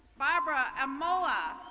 barbara emola.